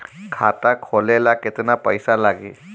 खाता खोले ला केतना पइसा लागी?